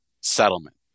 settlement